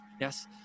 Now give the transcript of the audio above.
Yes